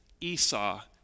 Esau